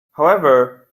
however